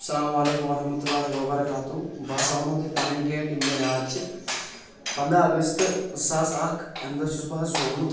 السلام عليكم ورحمة الله وبركاته بہٕ ہسا ونو تۄہہِ پنٕنۍ ڈیٹ یِم مےٚ یاد چھِ پنٛدہ اگست زٕ ساس اکھ امہِ دۄہ چھُس بہٕ حظ زامُت